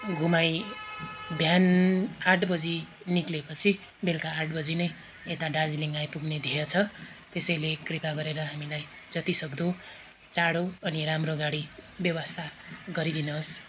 घुमाइ बिहान आठ बजी निस्केपछि बेलुका आठ बजी नै यता दार्जिलिङ आइपुग्ने ध्येय छ त्यसैले कृपा गरेर हामीलाई जतिसक्दो चाँडो अनि राम्रो गाडी व्यवस्था गरिदिनु होस्